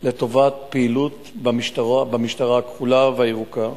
לטובת פעילות במשטרה הכחולה והירוקה.